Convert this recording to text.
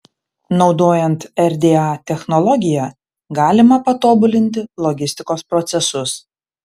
naudojant rda technologiją galima patobulinti logistikos procesus